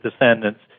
descendants